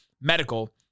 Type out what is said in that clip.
medical